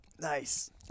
Nice